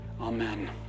Amen